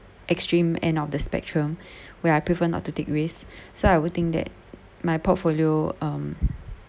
extreme end of the spectrum where I prefer not to take risks so I would think that my portfolio um